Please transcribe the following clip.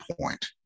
point